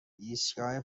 ایستگاه